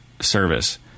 service